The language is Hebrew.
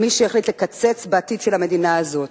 על מי שהחליט לקצץ בעתיד של המדינה הזאת,